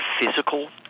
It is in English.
physical